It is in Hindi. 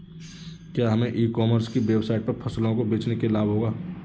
क्या हमें ई कॉमर्स की वेबसाइट पर फसलों को बेचने से लाभ होगा?